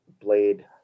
blade